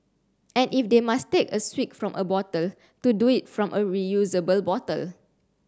and if they must take a swig from a bottle to do it from a reusable bottle